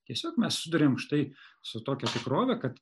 tiesiog mes susiduriam štai su tokia tikrove kad